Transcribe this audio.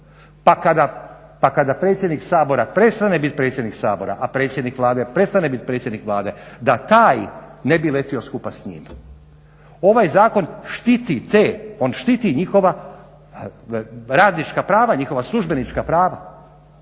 pa kada predsjednik Sabora prestane biti predsjednik Sabora, a predsjednik Vlade prestane biti predsjednik Vlade da taj ne bi letio skupa s njim. Ovaj zakon štiti te on štiti njihova radnička prava, njihova službenička prava.